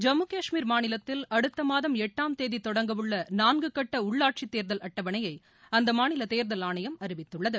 ஜம்மு கஷ்மீர் மாநிலத்தில் அடுத்த மாதம் எட்டாம் தேதி தொடங்கவுள்ள நான்கு கட்ட உள்ளாட்சி தேர்தல் அட்டவணையை அந்த மாநில தேர்தல் ஆணையம் அறிவித்துள்ளது